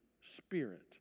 spirit